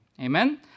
Amen